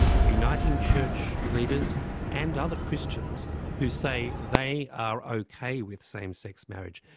uniting church leaders and other christians who say they are okay with same-sex marriage.